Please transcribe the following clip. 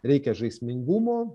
reikia žaismingumo